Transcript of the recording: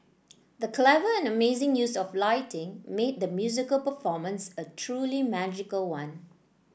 the clever and amazing use of lighting made the musical performance a truly magical one